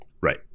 Right